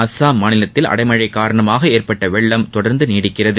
அசாம் மாநிலத்தில் அடைமழை காரணமாக ஏற்பட்ட வெள்ளம் தொடர்ந்து நீடிக்கிறது